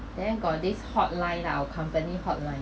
then got this hotline lah our accompany hotline